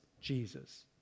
Jesus